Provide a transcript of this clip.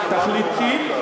תכליתית,